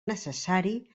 necessari